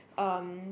um